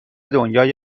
دنیای